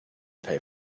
pay